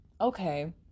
okay